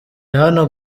hano